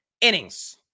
innings